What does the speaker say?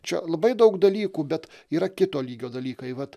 čia labai daug dalykų bet yra kito lygio dalykai vat